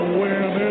win